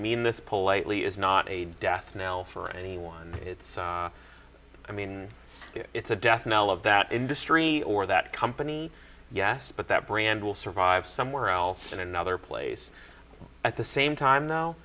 mean this politely is not a death knell for anyone it's i mean it's a death knell of that industry or that company yes but that brand will survive somewhere else in another place at the same time